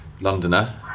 Londoner